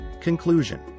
Conclusion